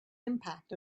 impact